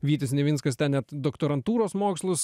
vytis nivinskas ten net doktorantūros mokslus